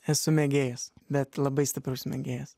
esu mėgėjas bet labai stiprus megėjas